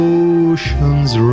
ocean's